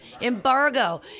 Embargo